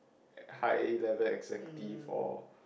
high level executive or